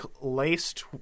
laced